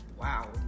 Wow